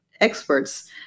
experts